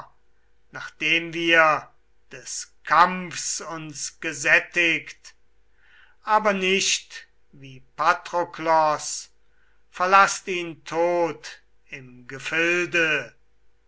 nachdem wir des kampfs uns gesättigt aber nicht wie patroklos verlaßt ihn tot im gefilde